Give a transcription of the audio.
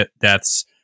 deaths